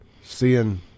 seeing